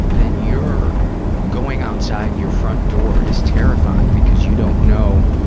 then you're going outside your front door is terrifying, because you don't know